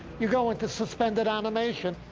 you go into suspended animation.